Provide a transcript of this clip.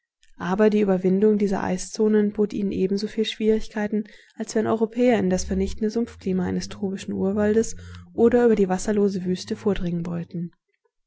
aber die überwindung dieser eiszonen bot ihnen ebensoviel schwierigkeiten als wenn europäer in das vernichtende sumpfklima eines tropischen urwaldes oder über die wasserlose wüste vordringen wollten